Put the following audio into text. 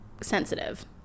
sensitive